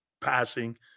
passing